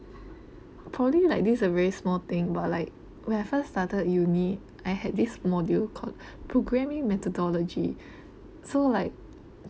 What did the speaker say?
probably like this is a very small thing but like when I first started uni I had this module called programming methodology so like